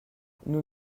nous